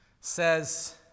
Says